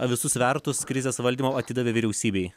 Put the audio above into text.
visus svertus krizės valdymo atidavė vyriausybei